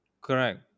correct